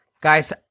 guys